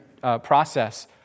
process